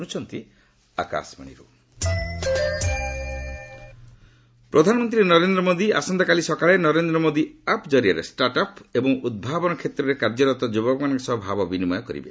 PM startup ପ୍ରଧାନମନ୍ତ୍ରୀ ନରେନ୍ଦ୍ର ମୋଦି ଆସନ୍ତାକାଲି ସକାଳେ ନରେନ୍ଦ୍ର ମୋଦି ଆପ୍ କରିଆରେ ଷ୍ଟାଟ୍ଅପ୍ ଏବଂ ଉଦ୍ଭାବନ ଷେତ୍ରରେ କାର୍ଯ୍ୟରତ ଯୁବକମାନଙ୍କ ସହ ଭାବବିନିମୟ କରିବେ